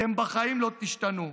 אתם בחיים לא תשתנו.